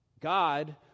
God